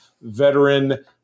veteran